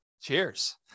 Cheers